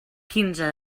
quinze